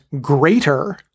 greater